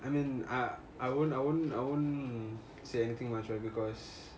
I mean I I won't I won't I won't say anything much right because